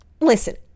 listen